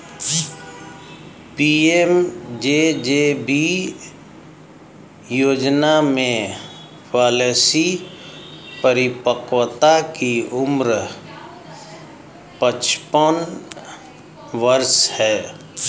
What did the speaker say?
PMJJB योजना में policy परिपक्वता की उम्र पचपन वर्ष है